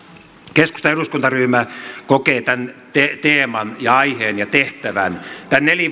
keskustan eduskuntaryhmä kokee tämän teeman ja aiheen ja tehtävän tämän nelivuotiskauden